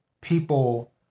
people